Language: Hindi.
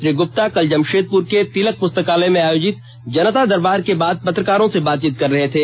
श्री गुप्ता कल जमषेदपुर के तिलक पुस्तकालय में आयोजित जनता दरबार के बाद पत्रकारों से बातचीत कर रहे थे